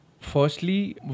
firstly